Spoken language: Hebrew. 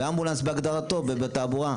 ואמבולנס בהגדרתו בתעבורה.